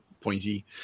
pointy